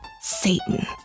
Satan